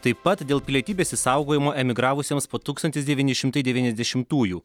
taip pat dėl pilietybės išsaugojimo emigravusiems po tūkstantis devyni šimtai devyniasdešimtųjų